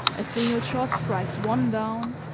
a single shot strikes one down,